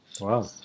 Wow